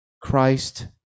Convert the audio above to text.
Christ